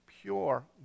pure